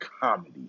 comedy